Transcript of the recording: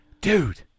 dude